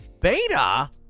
Beta